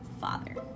father